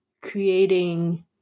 creating